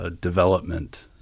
Development